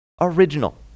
original